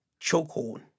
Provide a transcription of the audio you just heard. chokehold